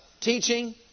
teaching